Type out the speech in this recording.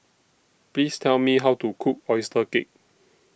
Please Tell Me How to Cook Oyster Cake